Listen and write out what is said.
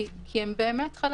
כי הם באמת חלק